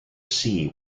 sea